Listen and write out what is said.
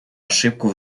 ошибку